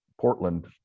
portland